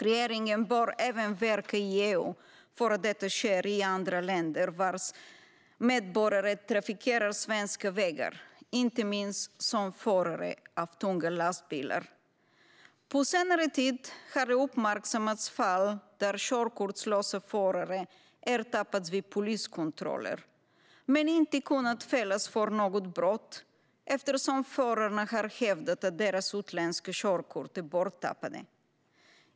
Regeringen bör även verka i EU för att detta sker i andra länder vars medborgare trafikerar svenska vägar, inte minst som förare av tunga lastbilar. På senare tid har det uppmärksammats fall där körkortslösa förare ertappats vid poliskontroller men inte kunnat fällas för något brott, eftersom förarna har hävdat att deras utländska körkort är borttappade.